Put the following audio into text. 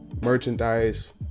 merchandise